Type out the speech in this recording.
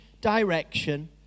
direction